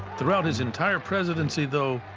throughout his entire presidency, though,